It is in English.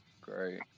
Great